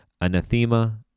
anathema